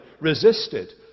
resisted